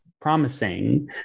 promising